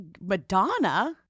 Madonna